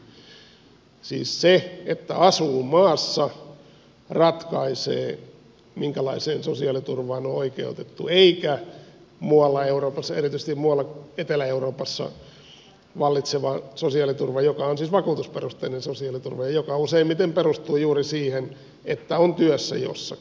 siis se että asuu maassa ratkaisee minkälaiseen sosiaaliturvaan on oikeutettu eikä muualla euroopassa erityisesti etelä euroopassa vallitseva sosiaaliturva joka on siis vakuutusperusteinen sosiaaliturva ja joka useimmiten perustuu juuri siihen että on työssä jossakin